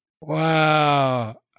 Wow